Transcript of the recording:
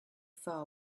far